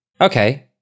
Okay